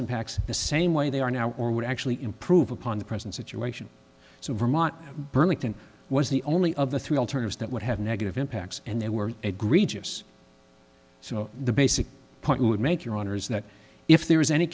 impacts the same way they are now or would actually improve upon the present situation so vermont burlington was the only of the three alternatives that would have negative impacts and they were a grievous so the basic point i would make your honor is that if there is any